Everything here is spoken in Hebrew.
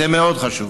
זה מאוד חשוב.